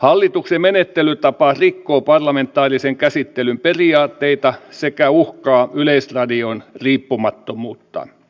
hallituksen menettelytapa rikkoo parlamentaarisen käsittelyn periaatteita sekä uhkaa yleisradion riippumattomuutta